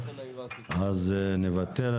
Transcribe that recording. אז נוותר.